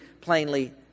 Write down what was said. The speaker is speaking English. plainly